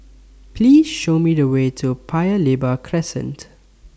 Please Show Me The Way to Paya Lebar Crescent